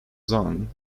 zan